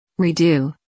redo